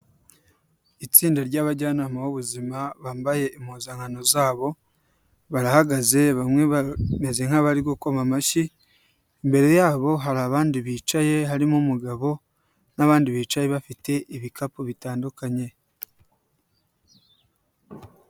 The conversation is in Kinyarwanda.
Itsinda ry'abajyanama b'ubuzima bambaye impuzankano zabo, barahagaze, bamwe bameze nk'abari gukoma amashyi, imbere yabo hari abandi bicaye harimo; umugabo, n'abandi bicaye bafite ibikapu bitandukanye.